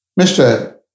Mr